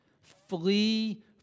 flee